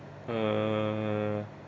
uh